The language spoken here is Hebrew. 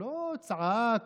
לא צעק,